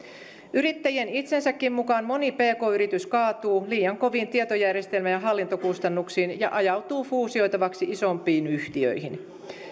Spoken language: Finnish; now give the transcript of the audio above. yrittäjien itsensäkin mukaan moni pk yritys kaatuu liian koviin tietojärjestelmä ja hallintokustannuksiin ja ajautuu fuusioitavaksi isompiin yhtiöihin